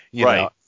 Right